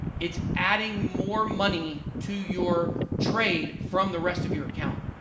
it's adding more money to your trade from the rest of your account.